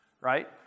right